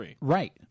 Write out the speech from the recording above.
right